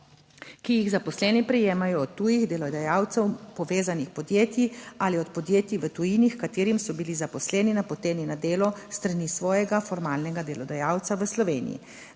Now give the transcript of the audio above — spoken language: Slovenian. ki jih zaposleni prejemajo od tujih delodajalcev, povezanih podjetij ali od podjetij v tujini, h katerim so bili zaposleni napoteni na delo s strani svojega formalnega delodajalca v Sloveniji.